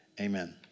amen